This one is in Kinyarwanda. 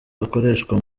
akoreshwa